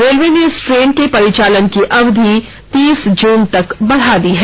railway ने इस train के परिचालन की अवधि तीस जून तक बढ़ा दी है